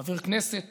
חבר כנסת